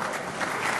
מספיק.